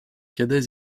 cadets